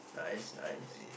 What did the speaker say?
nice nice